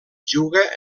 juga